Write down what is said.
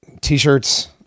T-shirts